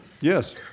Yes